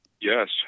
Yes